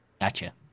Gotcha